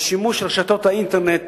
לשימוש רשתות האינטרנט